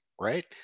right